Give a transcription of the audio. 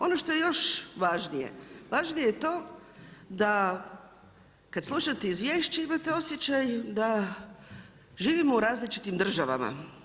Ono što je još važnije, važnije je to da kad slušate izvješće imate osjećaj da živimo u različitim državama.